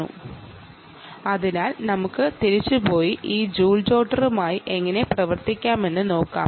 output power power factor തുടങ്ങിയവ നേടുന്നതിനായി joule jotter എങ്ങനെ പ്രവർത്തിപ്പിക്കാം എന്നു നോക്കാം